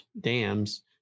dams